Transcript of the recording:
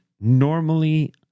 normally